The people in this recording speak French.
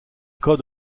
cas